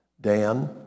Dan